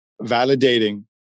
validating